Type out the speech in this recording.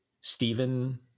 Stephen